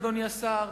אדוני השר,